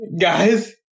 Guys